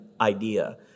idea